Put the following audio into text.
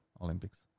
Olympics